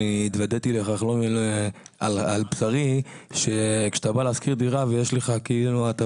אני התוודעתי לכך על בשרי שכשאתה בא לשכור דירה ויש לך הטבה